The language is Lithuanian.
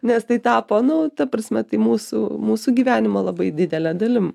nes tai tapo nu ta prasme tai mūsų mūsų gyvenimo labai didele dalim